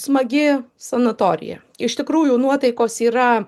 smagi sanatorija iš tikrųjų nuotaikos yra